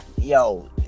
yo